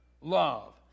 love